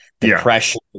depression